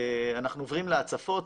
אנחנו עוברים להצפות.